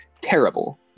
terrible